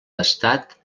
estat